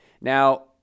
Now